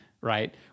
right